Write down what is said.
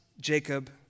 Jacob